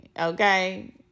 Okay